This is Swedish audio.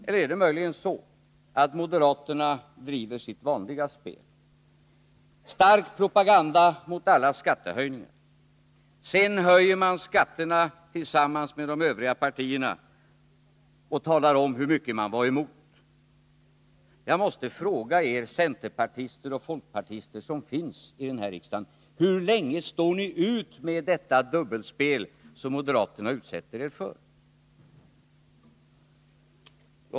Eller är det möjligen så, att moderaterna driver sitt vanliga spel: Först för man en stark propaganda mot alla skattehöjningar, sedan höjer man skatterna tillsammans med de övriga partierna och talar om, hur mycket man var emot det. Jag måste fråga alla centerpartister och folkpartister som finns här i riksdagen: Hur länge står ni ut med detta dubbelspel som moderaterna utsätter er för?